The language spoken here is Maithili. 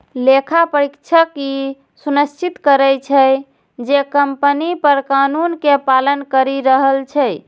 लेखा परीक्षक ई सुनिश्चित करै छै, जे कंपनी कर कानून के पालन करि रहल छै